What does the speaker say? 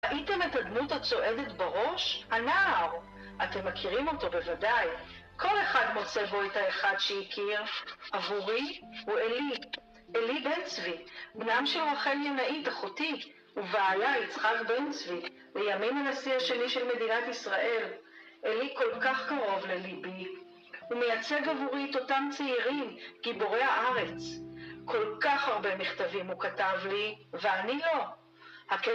ראיתם את הדמות הצועדת בראש? הנער! אתם מכירים אותו בוודאי. כל אחד מוצא בו את האחד שהכיר. עבורי הוא אלי. אלי בן צבי, בנם של רוחל ינאית, אחותי, ובעלה יצחק בן צבי, לימים הנשיא השני של מדינת ישראל. אלי כל כך קרוב לליבי. הוא מייצג עבורי את אותם צעירים, גיבורי הארץ. כל כך הרבה מכתבים הוא כתב לי, ואני לא.